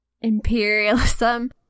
imperialism